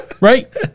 right